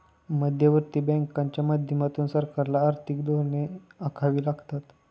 मध्यवर्ती बँकांच्या माध्यमातून सरकारला आर्थिक धोरणे आखावी लागतात